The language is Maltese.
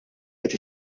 qed